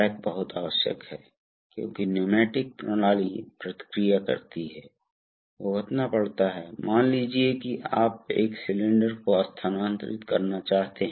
और वे खुले आंशिक रूप से खुले या आंशिक रूप से बंद और कभी कभी पूर्ण बंद लूप नियंत्रण का उपयोग करते हैं